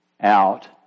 out